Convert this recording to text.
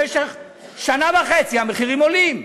במשך שנה וחצי המחירים עולים.